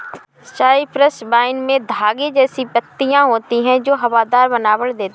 Cyprus vine में धागे जैसी पत्तियां होती हैं जो हवादार बनावट देती हैं